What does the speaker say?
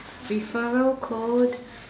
referral code